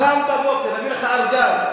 מחר בבוקר נביא לך ארגז.